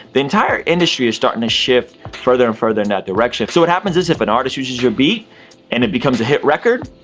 the entire industry is starting to shift further and further in that direction. so what happens is if an artist uses your beat and it becomes a hit record,